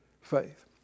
faith